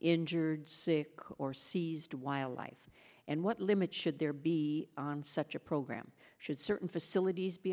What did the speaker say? injured sick or seized wildlife and what limits should there be on such a program should certain facilities be